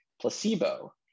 placebo